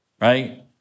right